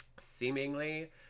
seemingly